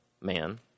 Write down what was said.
man